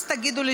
אז תגידו לי.